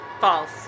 False